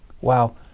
Wow